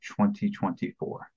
2024